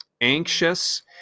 anxious